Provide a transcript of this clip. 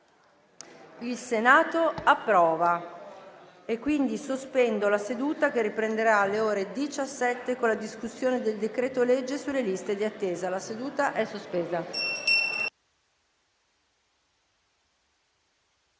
Allegato B).* Sospendo la seduta, che riprenderà alle ore 17 con la discussione del decreto-legge sulle liste di attesa. *(La seduta, sospesa